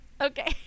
Okay